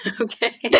Okay